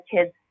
kids